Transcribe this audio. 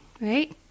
right